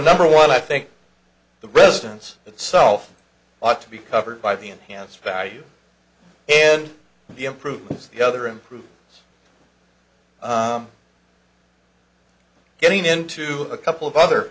number one i think the residence itself ought to be covered by the enhanced value and the improvements the other improved getting into a couple of other